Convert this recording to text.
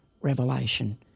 revelation